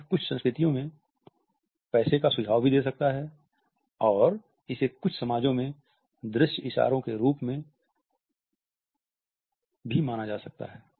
यह कुछ संस्कृतियों में पैसे का सुझाव भी दे सकता है और इसे कुछ समाजों में दृश्य इशारों के रूप में भी माना जा सकता है